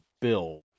build